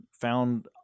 found